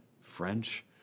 French